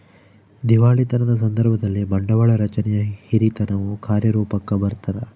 ದಿವಾಳಿತನದ ಸಂದರ್ಭದಲ್ಲಿ, ಬಂಡವಾಳ ರಚನೆಯ ಹಿರಿತನವು ಕಾರ್ಯರೂಪುಕ್ಕ ಬರತದ